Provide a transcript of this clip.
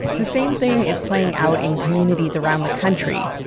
the same thing is playing out in communities around the country.